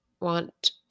want